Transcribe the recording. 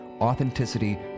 authenticity